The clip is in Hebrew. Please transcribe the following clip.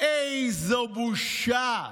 איזו בושה.